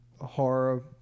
horror